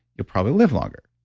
you'll probably live longer.